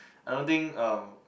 I don't think um